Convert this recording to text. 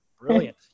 Brilliant